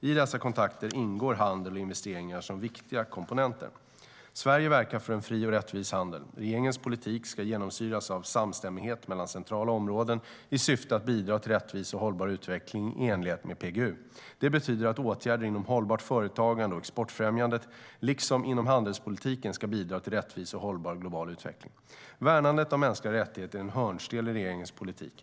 I dessa kontakter ingår handel och investeringar som viktiga komponenter. Sverige verkar för en fri och rättvis handel. Regeringens politik ska genomsyras av samstämmighet mellan centrala områden i syfte att bidra till rättvis och hållbar utveckling i enlighet med PGU. Det betyder att åtgärder inom hållbart företagande och exportfrämjande liksom inom handelspolitiken ska bidra till rättvis och hållbar global utveckling. Värnandet av mänskliga rättigheter är en hörnsten i regeringens politik.